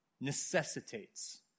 necessitates